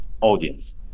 audience